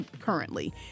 currently